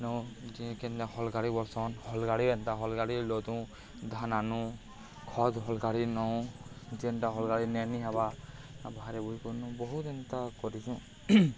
ନ ଯେ କେନେ ହଲ୍ଗାଡ଼ି ବଲ୍ସନ୍ ହଲ୍ଗାଡ଼ି ଏନ୍ତା ହଲ୍ଗାଡ଼ି ଲଦୁ ଧାନ୍ ଆନୁ ଖତ୍ ହଲ୍ଗାଡ଼ି ନଉଁ ଯେନ୍ତା ହଲ୍ଗାଡ଼ି ନେନି ହେବା ବାହାରେ ବୁହି କରି ନଉ ବହୁତ୍ ଏନ୍ତା କରିଚୁଁ